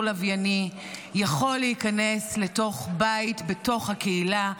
לווייני יכול להיכנס לתוך בית בתוך הקהילה,